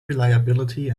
reliability